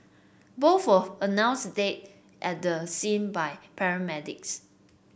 both were announced dead at the scene by paramedics